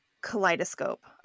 kaleidoscope